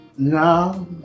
No